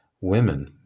women